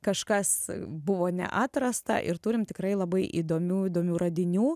kažkas buvo neatrasta ir turim tikrai labai įdomių įdomių radinių